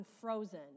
frozen